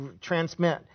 transmit